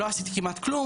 לא עשיתי כמעט כלום.